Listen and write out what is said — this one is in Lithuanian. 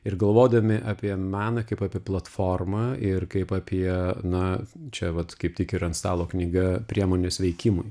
ir galvodami apie meną kaip apie platformą ir kaip apie na čia vat kaip tik ir ant stalo knyga priemonės veikimui